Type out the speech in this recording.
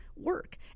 work